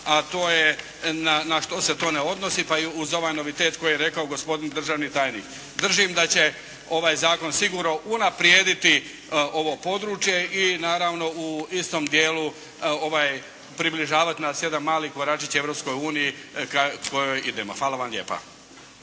a to je na što se to ne odnosi, pa uz ovaj novitet koji je rekao gospodin državni tajnik. Držim da će ovaj zakon sigurno unaprijediti ovo područje i naravno u istom dijelu približavati nas …/Govornik se ne razumije./… Europskoj uniji kojoj idemo. Hvala vam lijepa.